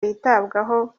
yitabwaho